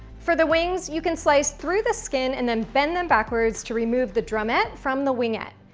for the wings, you can slice through the skin and then bend them backwards to remove the drumette from the wingette.